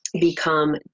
become